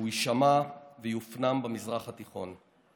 והוא יישמע ויופנם במזרח התיכון.